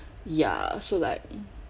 ya so like